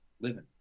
living